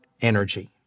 energy